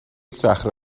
صخره